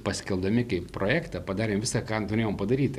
paskelbdami kaip projektą padarėm visa ką galėjom padaryti